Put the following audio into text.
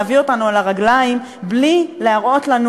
להביא אותנו לעמוד על הרגליים בלי להראות לנו